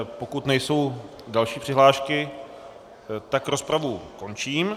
Pokud nejsou další přihlášky, rozpravu končím.